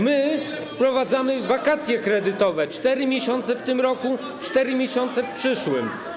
My wprowadzamy wakacje kredytowe, 4 miesiące w tym roku, 4 miesiące w przyszłym.